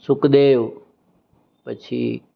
સુખદેવ પછી